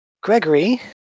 Gregory